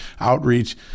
outreach